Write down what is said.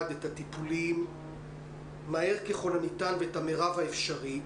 את הטיפולים מהר ככל שניתן ואת המרב האפשרי.